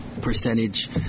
percentage